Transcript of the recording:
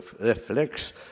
reflex